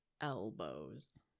elbows